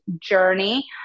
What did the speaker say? journey